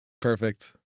perfect